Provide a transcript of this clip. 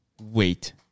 wait